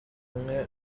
umwe